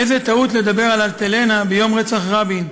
איזו טעות לדבר על "אלטלנה" ביום רצח רבין,